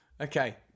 Okay